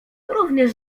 również